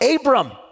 Abram